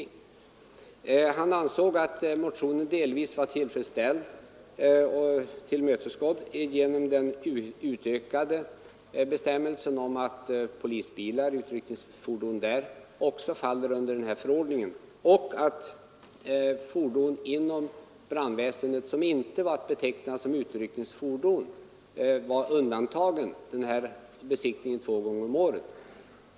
Herr Hjorth ansåg att motionen delvis hade blivit tillgodosedd genom bestämmelsen om att polisens utryckningsfordon också faller under den här förordningen och att fordon inom brandväsendet som inte var att beteckna som utryckningsfordon var undantagna från skyldigheten att besiktigas två gånger om året.